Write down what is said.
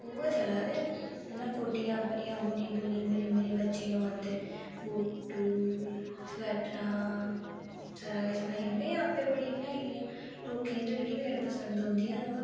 उ'यै चला दे न नेना कोटियां अपनियां बुनी बुनी बच्चे गी लोआंदे बुटू स्वैटरां सारा किश बनाइयै में आपें बड़ी बनाई दियां लोकें ते रडेमेड पंसद औंदियां न अवा